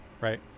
Right